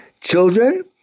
Children